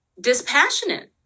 dispassionate